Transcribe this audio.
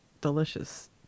delicious